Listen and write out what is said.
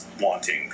wanting